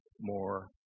more